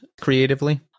creatively